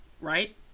right